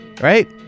right